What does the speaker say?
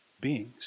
beings